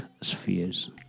spheres